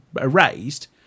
erased